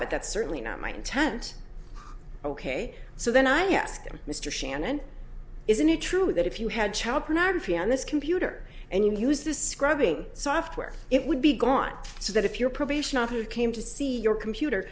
but that's certainly not my intent ok so then i asked him mr shannon isn't it true that if you had child pornography on this computer and you use this scrubbing software it would be gone so that if your probation officer came to see your computer